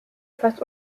fast